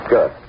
Good